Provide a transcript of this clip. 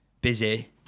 busy